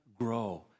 grow